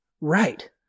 Right